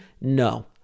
no